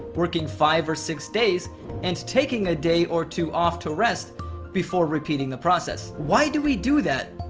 working five or six days and taking a day or two off to rest before repeating the process. why do we do that,